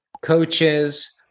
coaches